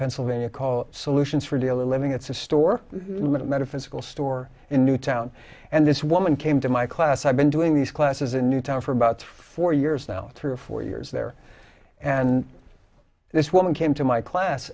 pennsylvania call solutions for daily living it's a store metaphysical store in newtown and this woman came to my class i've been doing these classes in newtown for about four years now three or four years there and this woman came to my class